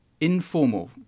informal